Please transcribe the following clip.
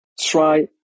try